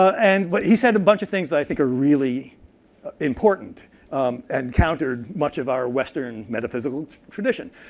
and but he said a bunch of things i think are really important and countered much of our western metaphysical tradition.